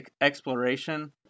exploration